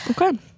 okay